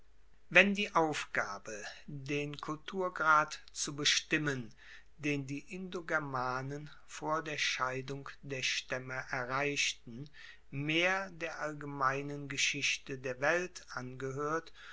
wenn die aufgabe den kulturgrad zu bestimmen den die indogermanen vor der scheidung der staemme erreichten mehr der allgemeinen geschichte der alten welt angehoert